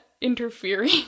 interfering